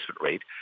rate